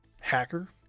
Hacker